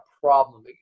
problem